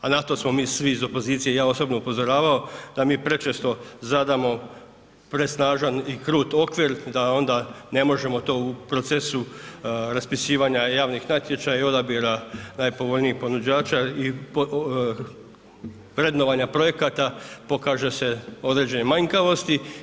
A na to smo mi svi iz opozicije i ja osobno upozoravao da mi prečesto zadamo presnažan i krut okvir i da onda ne možemo to u procesu raspisivanja javnih natječaja i odabira najpovoljnijih ponuđača i vrednovanja projekata pokaže se određene manjkavosti.